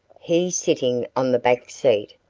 he sitting on the back seat,